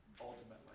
ultimately